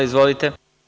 Izvolite.